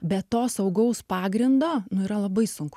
be to saugaus pagrindo nu yra labai sunku gyvenime